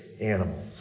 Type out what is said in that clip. animals